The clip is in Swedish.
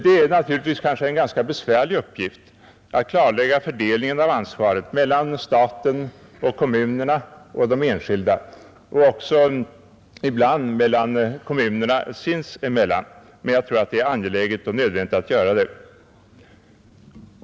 Det är naturligtvis en ganska besvärlig uppgift att klarlägga fördelningen av ansvaret mellan staten, kommunerna och de enskilda — och ibland kommunerna sinsemellan — men jag tror att det är angeläget och nödvändigt att göra det.